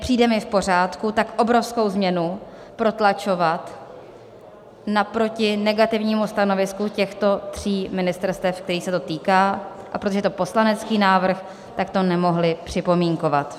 Nepřijde mi v pořádku tak obrovskou změnu protlačovat naproti negativnímu stanovisku těchto tří ministerstev, kterých se to týká, a protože je to poslanecký návrh, tak to nemohli připomínkovat.